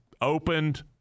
opened